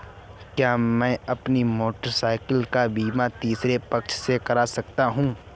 क्या मैं अपनी मोटरसाइकिल का बीमा तीसरे पक्ष से करा सकता हूँ?